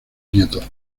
nietos